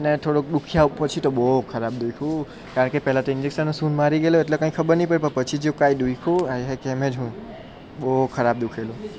ને થોંડુંક દુખ્યા પછી તો બહુ ખરાબ દુખ્યું કારણ કે પહેલા તો ઇન્જેકશનએ સુન મારી ગયેલું એટલે કાંઈ ખબર નહીં પડી પણ પછી જેવું કંઈ દુખ્યું આય હાય કેમ જ હું બહુ ખરાબ દુખેલું